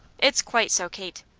it's quite so. kate,